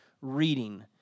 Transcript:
reading